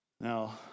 Now